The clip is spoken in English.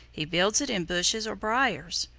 he builds it in bushes or briars.